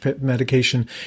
medication